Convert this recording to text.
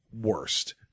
worst